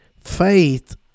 faith